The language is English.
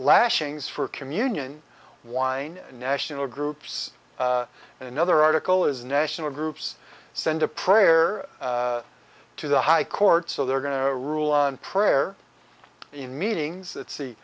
lashings for communion wine national groups and another article is national groups send a prayer to the high court so they're going to rule on prayer in meetings that se